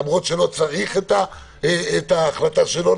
למרות שלא צריך את ההחלטה שלו.